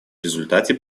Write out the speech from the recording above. результате